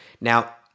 Now